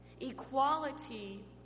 equality